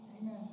Amen